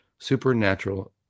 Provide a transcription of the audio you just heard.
supernatural